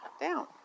down